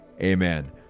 amen